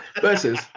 Versus